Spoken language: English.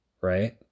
right